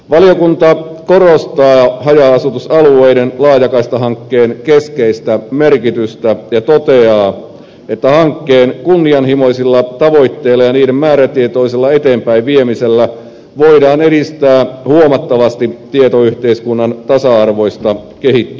valiokunta korostaa haja asutusalueiden laajakaistahankkeen keskeistä merkitystä ja toteaa että hankkeen kunnianhimoisilla tavoitteilla ja niiden määrätietoisella eteenpäinviemisellä voidaan edistää huomattavasti tietoyhteiskunnan tasa arvoista kehittymistä